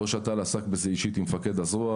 ראש אט"ל עסק בזה אישית עם מפקד הזרוע